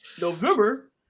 November